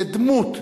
זה דמות,